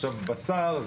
עכשיו בשר,